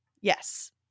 Yes